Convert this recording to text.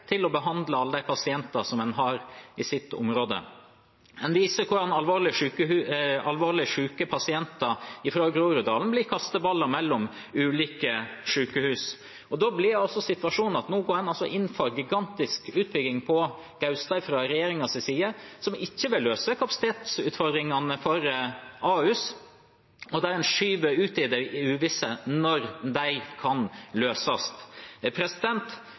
til å behandle alle de pasientene som en har i sitt område. En viser hvordan alvorlig syke pasienter fra Groruddalen blir kasteballer mellom ulike sykehus. Nå går en altså fra regjeringens side inn for en gigantisk utbygging på Gaustad som ikke vil løse kapasitetsutfordringene for Ahus, og der en skyver ut i det uvisse når de kan løses.